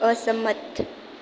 અસંમત